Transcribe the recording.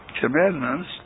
commandments